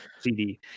CD